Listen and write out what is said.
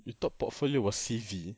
you thought portfolio was C_V